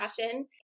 passion